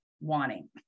wanting